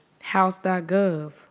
house.gov